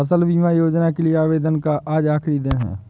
फसल बीमा योजना के लिए आवेदन का आज आखरी दिन है